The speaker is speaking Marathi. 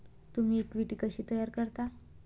तुम्ही इक्विटी कशी तयार करता?